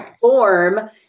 form